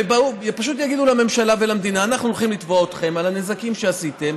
ופשוט יגידו לממשלה ולמדינה: אנחנו הולכים לתבוע אתכם על הנזקים שעשיתם,